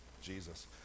Jesus